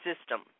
system